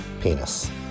penis